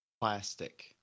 plastic